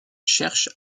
cherche